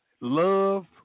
love